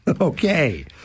Okay